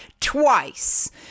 Twice